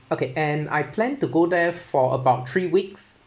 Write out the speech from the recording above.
okay and I plan to go there for about three weeks